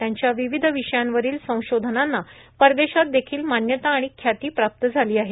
त्यांच्या विविध विषयांवरील संशोधनांना परदेशात देखील मान्यता आणि ख्याती प्राप्त झाली आहे